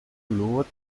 lua